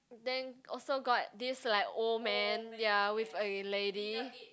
then also got this like old man ya with a lady